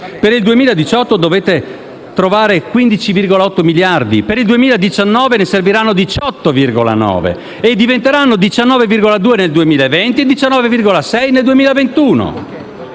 per il 2018 dovete trovare 15,8 miliardi di euro; per il 2019 ne serviranno 18,9, che diventeranno 19,2 nel 2020 e 19,5 nel 2021.